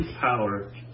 power